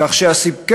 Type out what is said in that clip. כך, כן.